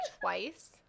twice